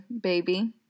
baby